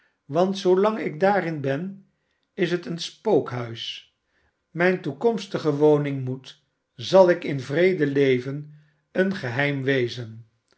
want zoolang ik daarin ben is het een spookhuis mijne toekomstige woning moet zal ik in vrede leven een geheim wezen